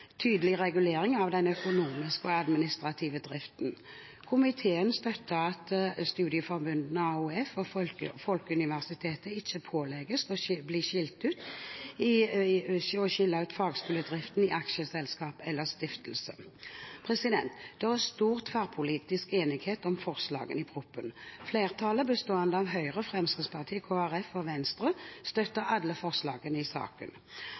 tydelig regulering av den økonomiske og administrative driften. Komiteen støtter at Studieforbundet AOF og Studieforbundet Folkeuniversitetet ikke pålegges å skille ut fagskoledriften i aksjeselskap eller stiftelse. Det er stor tverrpolitisk enighet om forslagene i proposisjonen. Flertallet, bestående av Høyre, Fremskrittspartiet, Kristelig Folkeparti og Venstre, støtter alle forslagene i saken.